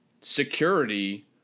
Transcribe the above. security